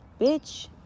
bitch